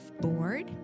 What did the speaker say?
board